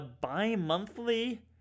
bi-monthly